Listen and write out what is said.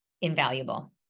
invaluable